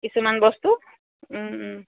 কিছুমান বস্তু